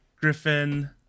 Griffin